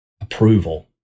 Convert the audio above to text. approval